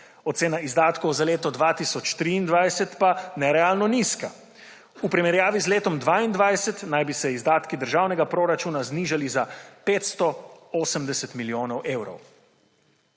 ocena izdatkov za leto 2023 pa nerealno nizka. V primerjavi z letom 2022 naj bi se izdatki državnega proračuna znižali za 580 milijonov evrov.